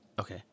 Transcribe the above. Okay